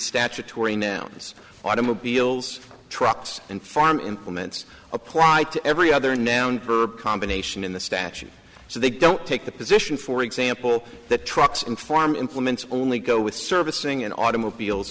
statutory nouns automobiles trucks and farm implements applied to every other noun combination in the statute so they don't take the position for example that trucks inform implements only go with servicing and automobiles